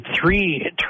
three